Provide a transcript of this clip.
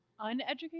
Uneducated